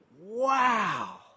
Wow